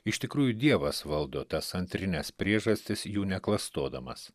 iš tikrųjų dievas valdo tas antrines priežastis jų ne klastodamas